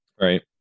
right